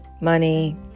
Money